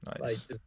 Nice